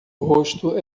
rosto